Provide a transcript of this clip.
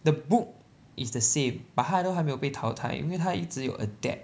the book is the same but 他都还没有被淘汰因为他一直有 adapt